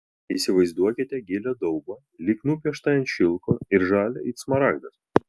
įsivaizduokite gilią daubą lyg nupieštą ant šilko ir žalią it smaragdas